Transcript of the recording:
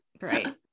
right